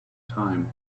time